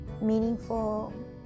meaningful